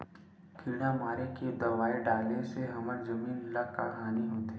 किड़ा मारे के दवाई डाले से हमर जमीन ल का हानि होथे?